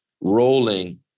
rolling